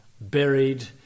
buried